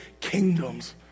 kingdoms